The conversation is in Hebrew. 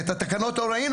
כי את התקנות לא ראינו,